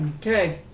Okay